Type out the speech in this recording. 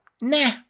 nah